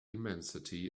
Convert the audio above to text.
immensity